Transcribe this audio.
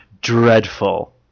dreadful